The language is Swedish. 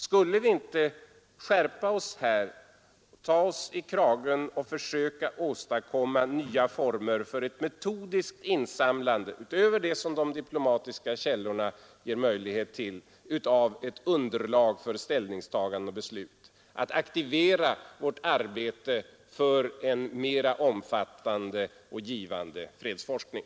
Skulle vi inte skärpa oss här, ta oss i kragen och försöka åstadkomma nya former för ett metodiskt insamlande — utöver det som de diplomatiska källorna ger möjlighet till — av ett underlag för ställningstagande och beslut, aktivera vårt arbete för en mer omfattande och givande fredsforskning?